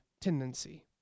tendency